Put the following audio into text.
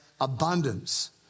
abundance